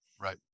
Right